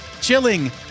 Chilling